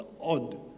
odd